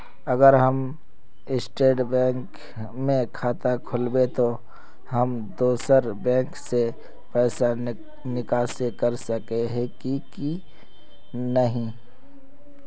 अगर हम state bank में खाता खोलबे तो हम दोसर बैंक से पैसा निकासी कर सके ही की नहीं?